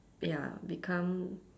ya become